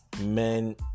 men